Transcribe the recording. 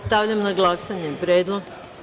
Stavljam na glasanje predlog.